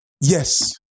Yes